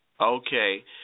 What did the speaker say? Okay